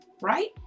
right